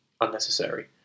unnecessary